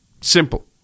Simple